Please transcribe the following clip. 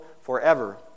forever